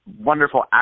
wonderful